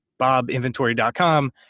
bobinventory.com